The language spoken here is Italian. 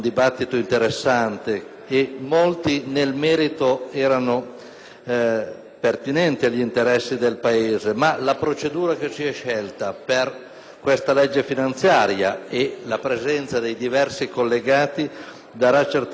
pertinenti agli interessi del Paese, ma la procedura che si è scelta per questa legge finanziaria e vi sarà certamente la possibilità di approfondire gli argomenti